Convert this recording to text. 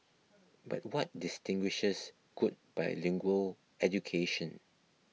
but what distinguishes good bilingual education